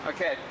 Okay